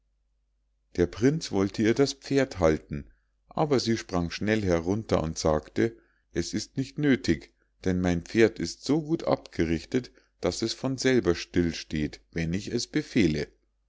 der prinz wollte ihr das pferd halten aber sie sprang schnell herunter und sagte es ist nicht nöthig denn mein pferd ist so gut abgerichtet daß es von selber still steht wenn ich es befehle